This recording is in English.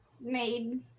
made